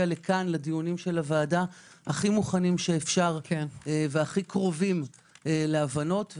לדיוני הוועדה הכי מוכנים שאפשר והכי קרובים להבנות.